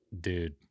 dude